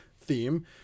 theme